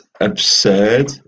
absurd